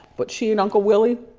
but she and uncle willy.